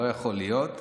לא יכול להיות,